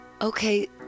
okay